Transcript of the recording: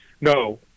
No